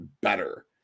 better